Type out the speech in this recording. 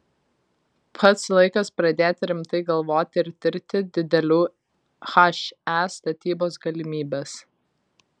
pats laikas pradėti rimtai galvoti ir tirti didelių he statybos galimybes